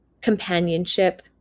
companionship